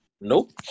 Nope